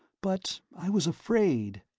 but i was afraid!